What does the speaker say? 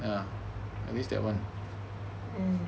mm